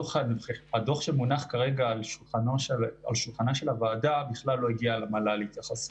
הדוח שמונח כרגע על שולחנה של הוועדה בכלל לא הגיע למל"ל להתייחסות.